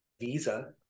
visa